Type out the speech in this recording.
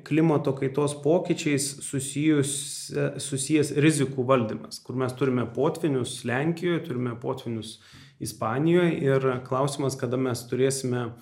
klimato kaitos pokyčiais susijusia susijęs rizikų valdymas kur mes turime potvynius lenkijoje turime potvynius ispanijoje ir klausimas kada mes turėsime